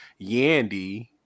Yandy